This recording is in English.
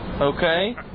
Okay